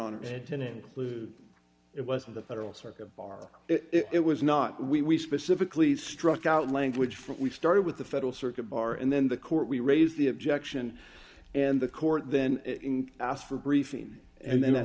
and it was of the federal circuit bar it was not we specifically struck out language for we started with the federal circuit bar and then the court we raised the objection and the court then asked for a briefing and then i